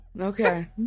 Okay